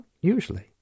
usually